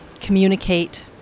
communicate